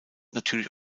natürlich